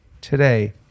today